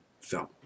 film